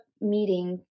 meeting